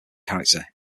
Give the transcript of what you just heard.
character